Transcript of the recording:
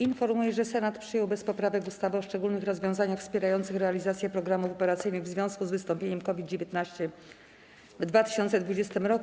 Informuję, że Senat przyjął bez poprawek ustawę o szczególnych rozwiązaniach wspierających realizację programów operacyjnych w związku z wystąpieniem COVID-19 w 2020 r.